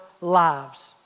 lives